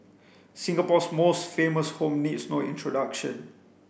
Singapore's most famous home needs no introduction